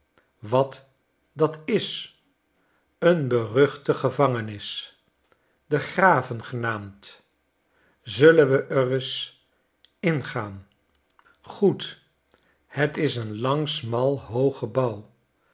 wat dat is een beruchte gevangenis de graven genaamd zullen we r reis ingaan goed het is een lang smal hoog